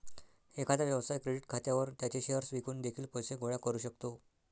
एखादा व्यवसाय क्रेडिट खात्यावर त्याचे शेअर्स विकून देखील पैसे गोळा करू शकतो